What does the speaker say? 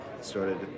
started